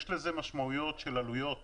יש לזה משמעויות של עלויות